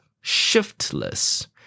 Shiftless